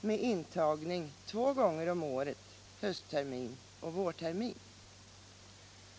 med intagning två gånger om året — hösttermin och vårtermin.